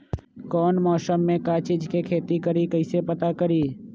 कौन मौसम में का चीज़ के खेती करी कईसे पता करी?